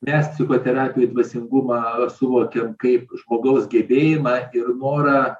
mes psichterapijoj dvasingumą suvokiam kaip žmogaus gebėjimą ir norą